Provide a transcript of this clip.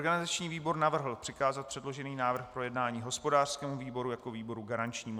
Organizační výbor navrhl přikázat předložený návrh k projednání hospodářskému výboru jako výboru garančnímu.